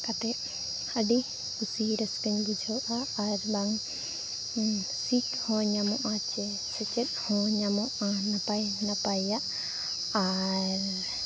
ᱠᱟᱛᱮᱫ ᱟᱹᱰᱤ ᱠᱩᱥᱤ ᱨᱟᱹᱥᱠᱟᱹᱧ ᱵᱩᱡᱷᱟᱹᱣᱟ ᱟᱨᱵᱟᱝ ᱥᱤᱠ ᱦᱚᱸ ᱧᱟᱢᱚᱜᱼᱟ ᱪᱮ ᱥᱮᱪᱮᱫ ᱦᱚᱸ ᱧᱟᱢᱚᱜᱼᱟ ᱱᱟᱯᱟᱭ ᱱᱟᱯᱟᱭᱟᱜ ᱟᱨ